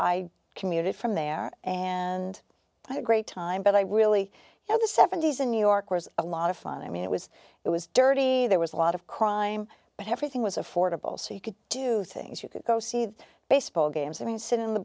i commuted from there and i had great time but i really had the seventy's in new york was a lot of fun i mean it was it was dirty there was a lot of crime but everything was affordable so you could do things you could go see the baseball games i mean sit in the